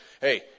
Hey